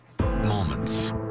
Moments